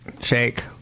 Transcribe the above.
shake